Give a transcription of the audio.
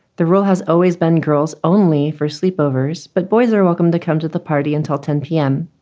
the rule has always been girls only for sleepovers. but boys are welcome to come to the party until ten p m.